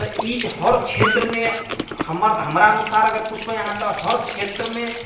तऽ ई जे हर क्षेत्रमे हमर हमरा अनुसार अगर पुछबै अहाँ तऽ हर क्षेत्रमे